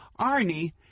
Arnie